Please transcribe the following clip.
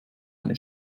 eine